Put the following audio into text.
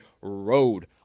road